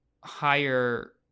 higher